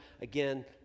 Again